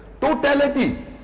Totality